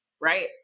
Right